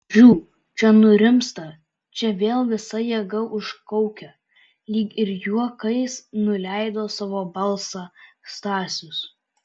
žiū čia nurimsta čia vėl visa jėga užkaukia lyg ir juokais nuleido savo balsą stasius